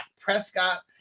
Prescott